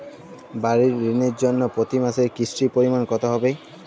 বাড়ীর ঋণের জন্য প্রতি মাসের কিস্তির পরিমাণ কত হবে?